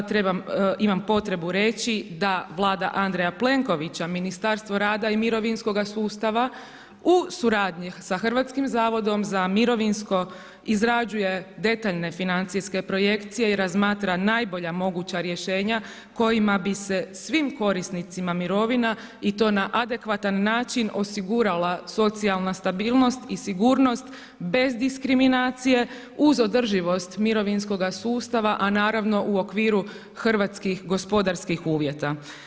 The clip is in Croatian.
Imam potrebu reći da Vlada Andreja Plenkovića, Ministarstvo rada i mirovinskoga sustava u suradnji sa Hrvatskim zavodom za mirovinsko izrađuje detaljne financijske projekcije i razmatra najbolja moguća rješenja kojima bi se svim korisnicima mirovina i to na adekvatan način osigurala socijalna stabilnost i sigurnost bez diskriminacije, uz održivost mirovinskoga sustava, a naravno u okviru hrvatskih gospodarskih uvjeta.